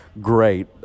Great